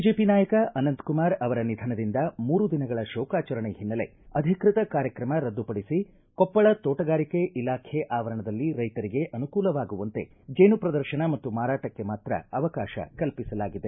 BJP ನಾಯಕ ಅನಂತಕುಮಾರ್ ಅವರ ನಿಧನದಿಂದ ಮೂರು ದಿನಗಳ ಶೋಕಾಚರಣೆ ಹಿನ್ನೆಲೆ ಪೂರ್ವನಿಯೋಜಿತ ಅಧಿಕೃತ ಕಾರ್ಯಕ್ರಮ ರದ್ದು ಪಡಿಸಿ ಕೊಪ್ಪಳ ತೋಟಗಾರಿಕೆ ಇಲಾಖೆ ಆವರಣದಲ್ಲಿ ರೈತರಿಗೆ ಅನುಕೂಲವಾಗುವಂತೆ ಜೇನು ಪ್ರದರ್ಶನ ಮತ್ತು ಮಾರಾಟಕ್ಕೆ ಮಾತ್ರ ಅವಕಾಶ ಕಲ್ಪಿಸಲಾಗಿದೆ